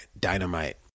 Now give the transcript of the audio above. Dynamite